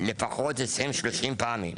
לפחות 20-30 פעמים,